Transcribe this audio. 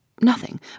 Nothing